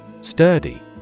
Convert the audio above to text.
Sturdy